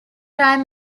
prime